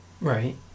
Right